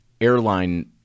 airline